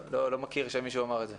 אני לא מכיר שמישהו אמר את זה.